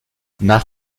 nach